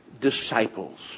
disciples